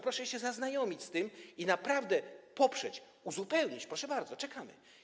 Proszę się zaznajomić z tym i naprawdę poprzeć, uzupełnić, proszę bardzo, czekamy.